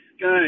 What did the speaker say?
guys